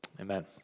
Amen